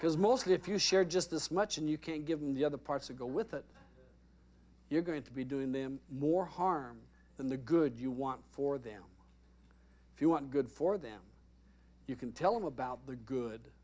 because mostly if you share just this much and you can't give them the other parts of go with it you're going to be doing them more harm than the good you want for them if you want good for them you can tell them about the good